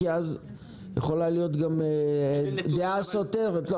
כי יכולה להיות גם דעה סותרת.